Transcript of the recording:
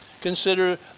Consider